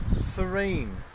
serene